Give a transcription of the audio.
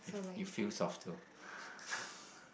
you you feel soft too